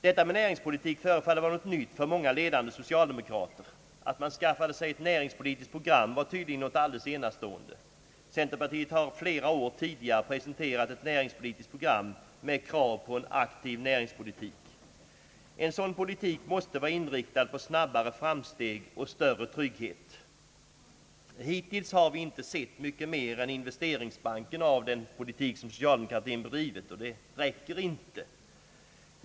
Detta med näringspolitik förefaller vara något nytt för många ledande socialdemokrater. Att man skaffade sig ett näringspolitiskt program var tydligen någonting alldeles enastående. Centerpatiet hade flera år tidigare presenterat ett näringspolitiskt program med krav på en aktiv näringspolitik. En sådan politik måste vara inriktad på snabbare framsteg och större trygghet. Hittills har vi inte sett mycket mer än investeringsbanken av den. Det räcker inte.